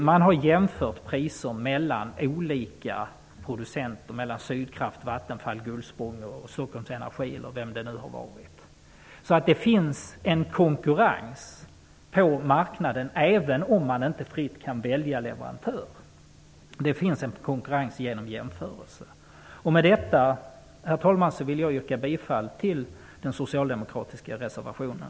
Man har jämfört priser mellan olika producenter, t.ex. Sydkraft, Vattenfall, Gullspång och Stockholm Energi. Det finns alltså en konkurrens på marknaden, även om det inte är fritt att välja leverantör. Det finns en konkurrens, när det kan göras en jämförelse. Med detta, herr talman, vill jag yrka bifall till den socialdemokratiska reservationen.